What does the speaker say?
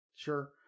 Sure